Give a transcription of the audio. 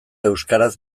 euskaraz